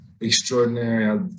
extraordinary